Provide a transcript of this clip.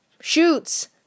Shoots